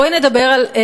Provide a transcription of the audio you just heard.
בואי נדבר על,